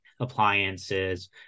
appliances